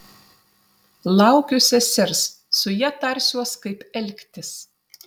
laukiu sesers su ja tarsiuos kaip elgtis